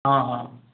हँ हँ